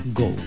go